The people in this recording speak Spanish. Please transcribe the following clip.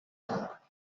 figuras